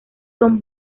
son